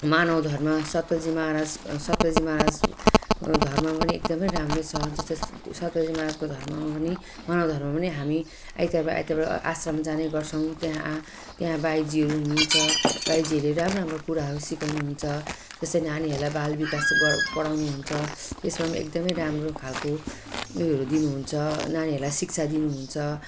मानव धर्ममा सतपालजी महाराज सतपालजी महाराज धर्म पनि एकदमै राम्रो छ जस्तै सतपालजी महाराजको धर्ममा पनि मानव धर्ममा पनि हामी आइतवार आइतवार आश्रम जाने गर्छौँ त्यहाँ त्यहाँ बाईजीहरू हुनुहुन्छ बाईजीहरूले राम्रो राम्रो कुराहरू सिकाउनुहुन्छ जस्तै नानीहरूलाई बाल विकास पढाउनुहुन्छ त्यसमा पनि एकदमै राम्रो खालको ऊ योहरू दिनुहुन्छ नानीहरूलाई शिक्षा दिनुहुन्छ